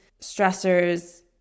stressors